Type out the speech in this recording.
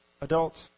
adults